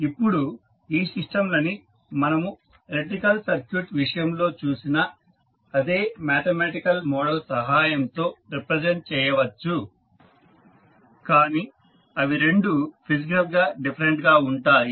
ఇప్పుడు ఈ సిస్టంలని మనము ఎలక్ట్రికల్ సర్క్యూట్ విషయం లో చూసిన అదే మ్యాథమెటికల్ మోడల్ సహాయం తో రిప్రజెంట్ చేయవచ్చు కానీ అవి రెండు ఫిజికల్ గా డిఫరెంట్ గా ఉంటాయి